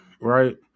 right